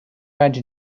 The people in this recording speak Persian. وجه